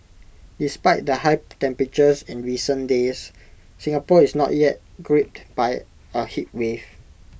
despite the high temperatures in recent days Singapore is not yet gripped by A heatwave